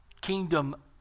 kingdom